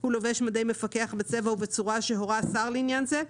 הוא לובש מדי מפקח בצבע ובצורה שהורה השר לעניין זה,